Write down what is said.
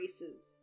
races